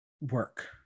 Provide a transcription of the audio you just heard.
work